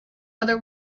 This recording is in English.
other